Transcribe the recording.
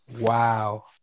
Wow